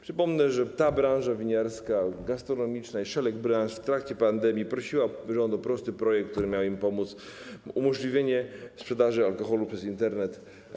Przypomnę, że branża winiarska, branża gastronomiczna i szereg branż w trakcie pandemii prosiły rząd o prosty projekt, który miał im pomóc - umożliwienie sprzedaży alkoholu przez Internet.